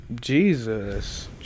Jesus